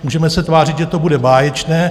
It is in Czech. Můžeme se tvářit, že to bude báječné.